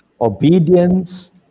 Obedience